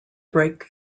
break